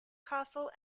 castle